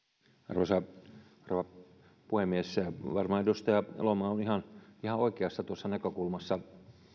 arvoisa rouva puhemies varmaan edustaja elomaa on ihan oikeassa tuossa näkökulmassa